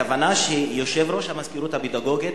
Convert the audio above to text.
הכוונה היא שיושב-ראש המזכירות הפדגוגית